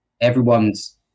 everyone's